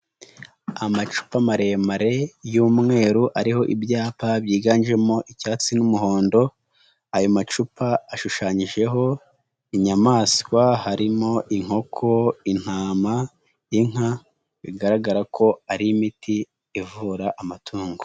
Amacupa maremare y'umweru ariho ibyapa byiganjemo icyatsi n'umuhondo, ayo macupa ashushanyijeho inyamaswa, harimo inkoko, intama, inka bigaragara ko ari imiti ivura amatungo.